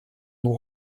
non